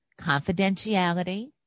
confidentiality